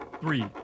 three